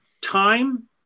Time